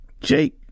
Jake